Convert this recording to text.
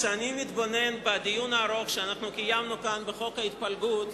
כשאני מתבונן בדיון הארוך שאנחנו קיימנו כאן בחוק ההתפלגות,